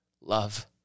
love